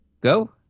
Go